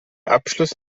abschluss